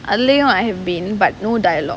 அதுலயும்:athulayum I have been but no dialogue